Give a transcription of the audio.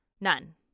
None